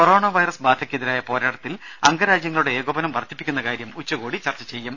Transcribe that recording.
corona virus ബാധക്കെതിരായ പോരാട്ടത്തിൽ അംഗ രാജ്യങ്ങളുടെ ഏകോപനം വർധിപ്പിക്കുന്ന കാര്യം ഉച്ചകോടി ചർച്ച ചെയ്യും